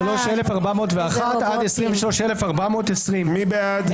23,421 עד 23,440. מי בעד?